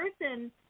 person